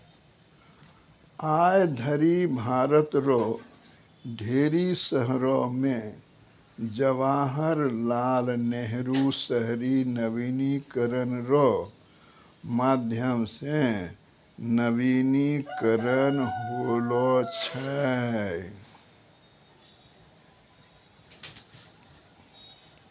आय धरि भारत रो ढेरी शहरो मे जवाहर लाल नेहरू शहरी नवीनीकरण रो माध्यम से नवीनीकरण होलौ छै